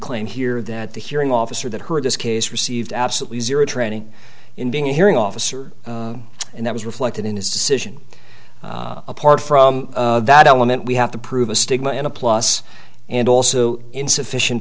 claim here that the hearing officer that heard this case received absolutely zero training in being a hearing officer and that was reflected in his decision apart from that element we have to prove a stigma and a plus and also insufficient